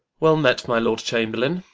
well met my lord chamberlaine